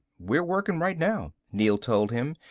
we're working right now, neel told him,